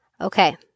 Okay